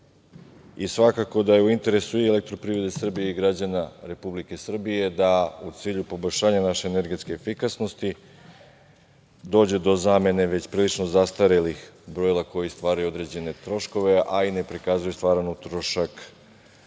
i svakako da je u interesu i EPS-a i građana Republike Srbije da u cilju poboljšanja naše energetske efikasnosti dođe do zamene već prilično zastarelih brojila koji stvaraju određene troškove, a i ne prikazuju stvaran utrošak